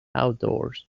outdoors